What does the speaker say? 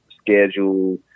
schedule